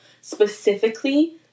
specifically